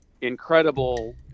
incredible